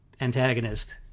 antagonist